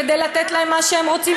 כדי לתת להם מה שהם רוצים,